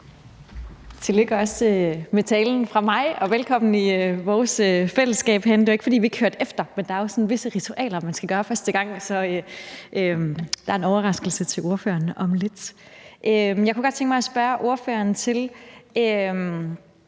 tillykke med talen fra mig, og velkommen i vores fællesskab herinde. Det er jo ikke, fordi vi ikke hørte efter, men der er jo visse ritualer, man skal gøre første gang. Så der er en overraskelse til ordføreren om lidt. Jeg kunne godt tænke mig at spørge ordføreren,